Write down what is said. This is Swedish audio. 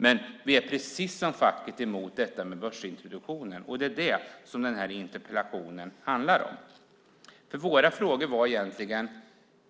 Men vi är precis som facket emot detta med börsintroduktionen, och det är det som den här interpellationen handlar om. Vår fråga var: